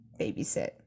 babysit